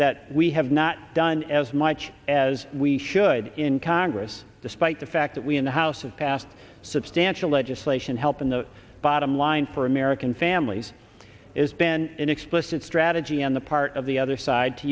that we have not done as much as we should in congress despite the fact that we in the house of pass substantial legislation help in the bottom line for american families it's been an explicit strategy on the part of the other side to